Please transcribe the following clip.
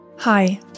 Hi